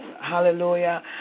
hallelujah